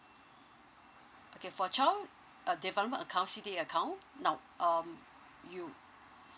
okay for child uh development account C_D_A account now um you